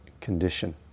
condition